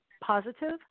positive